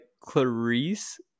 Clarice